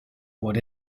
what